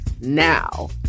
now